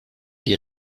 die